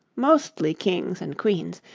mostly kings and queens,